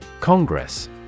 Congress